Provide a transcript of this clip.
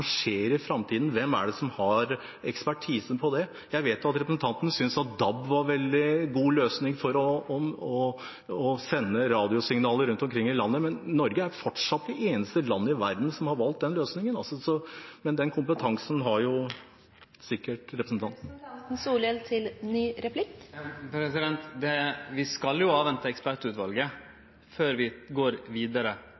har ekspertisen på det. Jeg vet at representanten syntes at DAB var en veldig god løsning for å sende radiosignaler rundt omkring i landet, men Norge er fortsatt det eneste landet i verden som har valgt den løsningen. Men den kompetansen har sikkert representanten! Vi skal jo avvente ekspertutvalet før vi